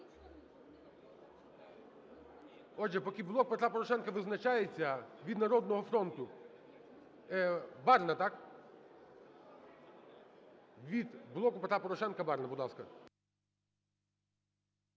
Отже, поки "Блок Петра Порошенка" визначається, від "Народного фронту"… Барна, так? Від "Блоку Петра Порошенка" Барна, будь ласка.